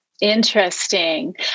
Interesting